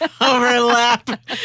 overlap